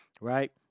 right